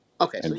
Okay